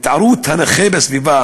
להתערות הנכה בסביבה